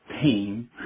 pain